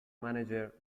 manager